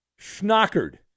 schnockered